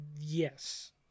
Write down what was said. yes